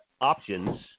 options